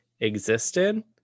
existed